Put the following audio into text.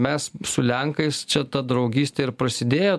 mes su lenkais čia ta draugystė ir prasidėjo